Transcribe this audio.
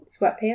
sweatpants